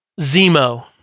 Zemo